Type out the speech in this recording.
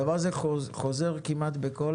הדבר הזה חוזר כמעט בכל